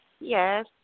Yes